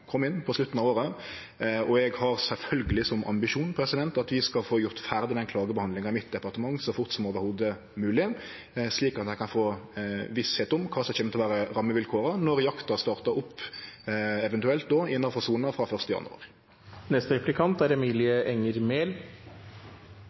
kom inn på slutten av året. Eg har sjølvsagt som ambisjon at vi skal få gjort ferdig den klagebehandlinga i mitt departement så fort som i det heile mogleg, slik at ein kan få vissheit om kva som kjem til å vere rammevilkåra når jakta startar opp, eventuelt, innanfor sona frå